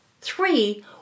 Three